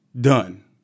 Done